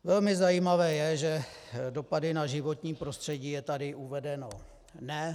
Velmi zajímavé je, že dopady na životní prostředí je tady uvedeno ne.